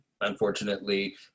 Unfortunately